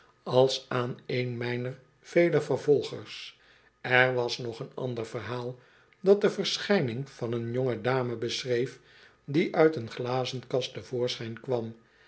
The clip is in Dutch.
als aan een mijner vele vervolgers er was nog een ander verhaal dat de verschijning van een jonge dame beschreef die uit een glazenkast te voorschijn kwam